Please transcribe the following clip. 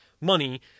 money